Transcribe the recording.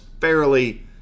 fairly